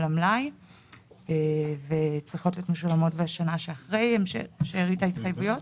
המלאי וצריכות להיות משולמות בשנה שאחרי שארית ההתחייבויות.